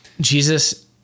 Jesus